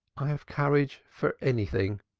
i have courage for anything.